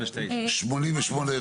הצבעה לא אושר.